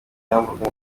yamburwa